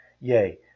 Yea